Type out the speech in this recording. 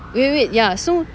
wait wait wait ya so